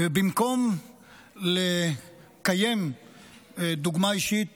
במקום לקיים דוגמה אישית